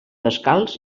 descalç